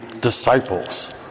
disciples